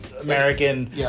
American